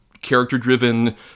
character-driven